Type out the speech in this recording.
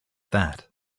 that